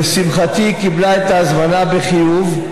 לשמחתי היא קיבלה את ההזמנה בחיוב.